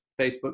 Facebook